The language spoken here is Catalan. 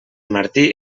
martí